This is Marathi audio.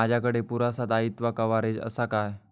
माजाकडे पुरासा दाईत्वा कव्हारेज असा काय?